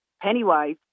Pennywise